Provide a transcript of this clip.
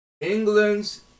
England's